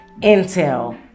intel